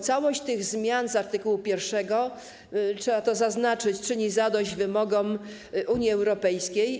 Całość tych zmian z art. 1, trzeba to zaznaczyć, czyni zadość wymogom Unii Europejskiej.